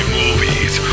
movies